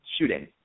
Shooting